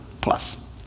plus